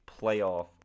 playoff